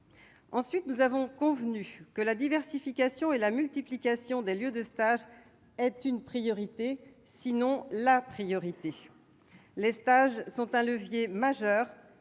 Ensuite, nous avons convenu que la diversification et la multiplication des lieux de stage sont une priorité, si ce n'est « la » priorité. Les stages sont un levier majeur